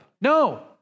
No